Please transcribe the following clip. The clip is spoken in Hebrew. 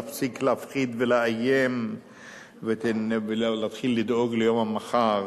להפסיק להפחיד ולאיים ולהתחיל לדאוג ליום המחר